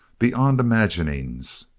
beyond imaginings.